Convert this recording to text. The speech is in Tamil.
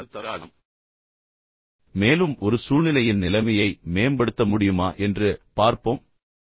இதை நான் முடிப்பதற்கு முன் மேலும் ஒரு சூழ்நிலையைப் பார்ப்போம் மேலும் நீங்கள் நிலைமையை மேம்படுத்த முடியுமா என்று பார்ப்போம்